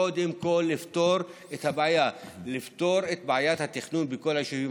קודם כול לפתור את הבעיה לפתור את בעיית התכנון בכל היישובים